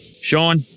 Sean